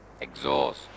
exhaust